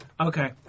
Okay